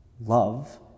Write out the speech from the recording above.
Love